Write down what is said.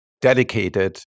dedicated